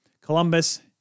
Columbus